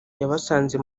yabasanze